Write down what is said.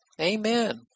Amen